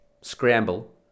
scramble